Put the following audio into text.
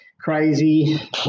Crazy